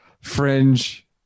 fringe